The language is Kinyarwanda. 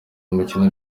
umukino